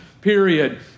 period